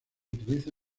utiliza